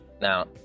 now